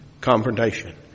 confrontation